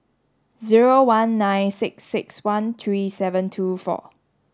zero one nine six six one three seven two four